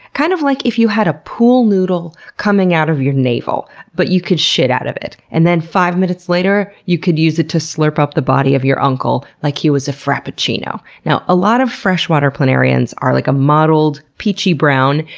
kind of like if you had a pool noodle coming out of your navel, but you could shit out of it, and then five minutes later you could use it to slurp up the body of your uncle like he was a frappuccino. now, a lot of freshwater planarians are like a mottled, peachy brown,